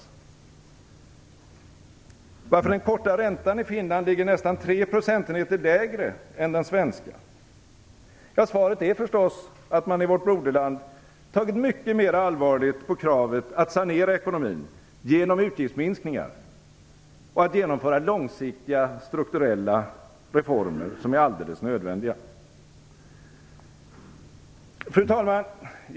Varför ligger den korta räntan i Finland nästan tre procentenheter lägre än den svenska? Svaret är förstås att man i vårt broderland tagit mycket mera allvarligt på kravet att sanera ekonomin genom utgiftsminskningar och att genomföra långsiktiga strukturella reformer som är alldeles nödvändiga. Fru talman!